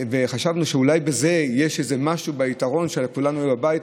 חשבנו שאולי יש איזה יתרון שכולנו בבית.